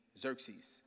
Xerxes